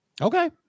Okay